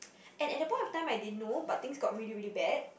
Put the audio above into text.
and at that point of time I didn't know but things got really really bad